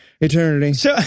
eternity